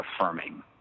affirming